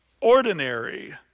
ordinary